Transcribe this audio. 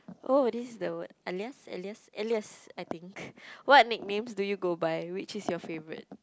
oh this is the word alias alias alias I think what nicknames do you go by which is your favourite